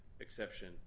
exception